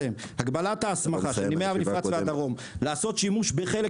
הגבלת ההסמכה של נמלי המפרץ והדרום לעשות שימוש בחלק